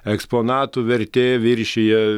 eksponatų vertė viršija